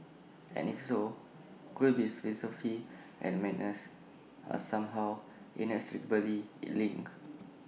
and if so could IT be philosophy and madness are somehow inextricably IT linked